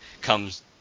comes